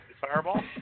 Fireball